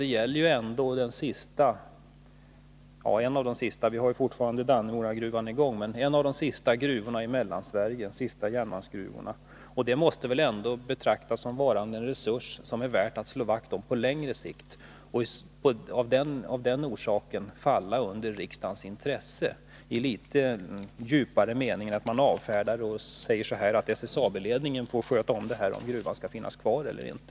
Det gäller ju ändå en av de sista järnmalmsgruvorna — vi har ju fortfarande Dannemoragruvan i drift — i Mellansverige, och det måste väl betraktas som en resurs, som det är värt att slå vakt om på längre sikt. Detta borde väl av den orsaken intressera riksdagen litet mer, så att man inte bara avfärdar det hela och säger att SSAB-ledningen får ta ställning till om gruvan skall finnas kvar eller inte.